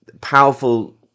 powerful